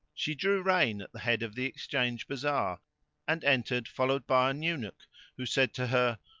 she drew rein at the head of the exchange bazaar and entered followed by an eunuch who said to her,